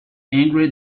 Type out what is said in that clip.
angry